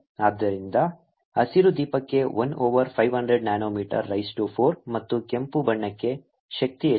ಆದ್ದರಿಂದ ಹಸಿರು ದೀಪಕ್ಕೆ 1 ಓವರ್ 500 ನ್ಯಾನೊಮೀಟರ್ ರೈಸ್ ಟು 4 ಮತ್ತು ಕೆಂಪು ಬಣ್ಣಕ್ಕೆ ಶಕ್ತಿ ಹೆಚ್ಚಾಗುತ್ತದೆ